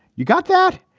you got that?